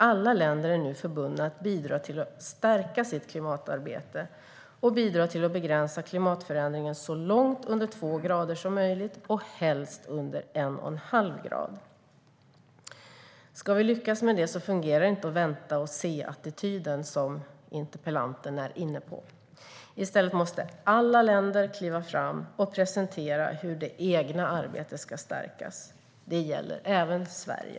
Alla länder är nu förbundna att bidra till att stärka sitt klimatarbete och till att begränsa klimatförändringen så långt under 2 grader som möjligt och helst under 1,5 grader. Ska vi lyckas med det fungerar inte den vänta-och-se-attityd som interpellanten är inne på. I stället måste alla länder kliva fram och presentera hur det egna arbetet kan stärkas. Det gäller även Sverige.